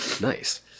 nice